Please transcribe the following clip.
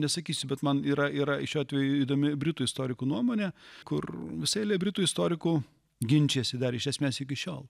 nesakysiu bet man yra yra šiuo atveju įdomi britų istorikų nuomonė kur visa eilė britų istorikų ginčijasi dar iš esmės iki šiol